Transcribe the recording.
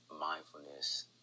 mindfulness